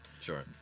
Sure